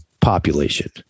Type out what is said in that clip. population